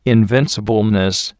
Invincibleness